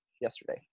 yesterday